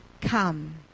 Come